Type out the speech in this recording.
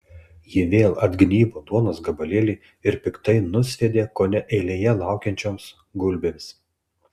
ji vėl atgnybo duonos gabalėlį ir piktai nusviedė kone eilėje laukiančioms gulbėms